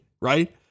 right